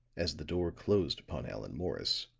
as the door closed upon allan morris,